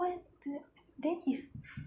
what the then his